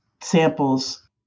samples